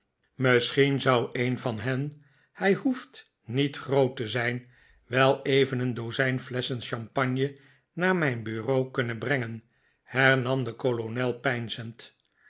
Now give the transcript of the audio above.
misschien zou een van hen hij hoeft niet groot te zijn wel even een dozijn flesschen champagne naar mijn bureau kunnen brengen hernam de kolonel